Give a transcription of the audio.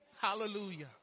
Hallelujah